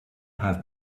have